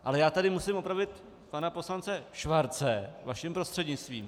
Ale já tady musím opravit pana poslance Schwarze vaším prostřednictvím.